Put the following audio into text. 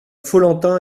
follentin